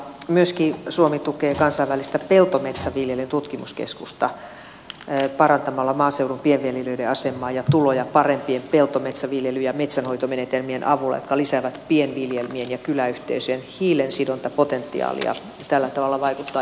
myöskin suomi tukee kansainvälistä peltometsäviljelyn tutkimuskeskusta parantamalla maaseudun pienviljelijöiden asemaa ja tuloja parempien peltometsäviljely ja metsänhoitomenetelmien avulla jotka lisäävät pienviljelmien ja kyläyhteisöjen hiilensidontapotentiaalia ja tällä tavalla vaikuttaa ilmastonmuutoksen hillintään